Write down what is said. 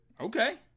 Okay